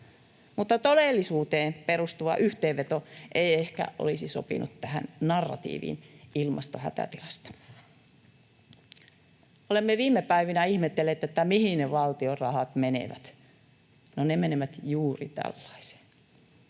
mutta todellisuuteen perustuva yhteenveto ei ehkä olisi sopinut tähän narratiiviin ilmastohätätilasta. Olemme viime päivinä ihmetelleet, mihin ne valtion rahat menevät. No, ne menevät juuri tällaiseen.